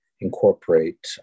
incorporate